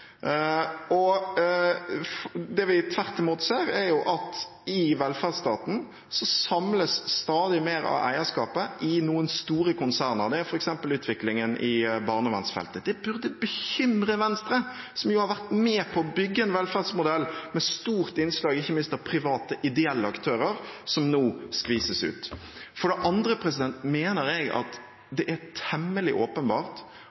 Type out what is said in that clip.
Det vi tvert imot ser, er at i velferdsstaten samles stadig mer av eierskapet i noen store konserner, det gjelder f.eks. utviklingen i barnevernsfeltet. Det burde bekymre Venstre, som jo ha vært med på å bygge en velferdsmodell med stort innslag av ikke minst private ideelle aktører, som nå skvises ut. For det andre mener jeg at det er temmelig åpenbart